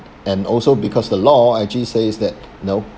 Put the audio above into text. and also because the law actually says that you know